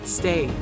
stay